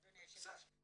אדוני היושב ראש.